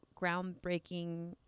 groundbreaking